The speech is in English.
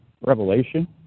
Revelation